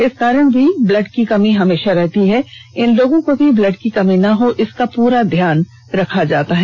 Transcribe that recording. इस कारण भी ब्लड की कमी हमेशा रहती है इन लोगों को भी ब्लड की कमी ना हो इसका पूरा ध्यान रखा जाता है